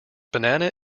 banana